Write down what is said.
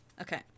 Okay